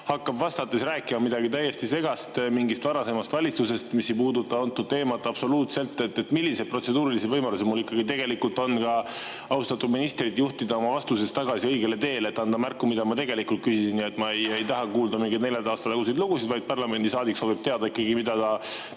hakkab vastates rääkima midagi täiesti segast mingist varasemast valitsusest, mis ei puuduta seda teemat absoluutselt. Millised protseduurilised võimalused mul ikkagi tegelikult on austatud ministrit juhtida oma vastuses tagasi õigele teele, et anda märku, mida ma tegelikult küsisin? Ma ei taha kuulda mingeid nelja aasta taguseid lugusid. Parlamendisaadik soovib teada, mida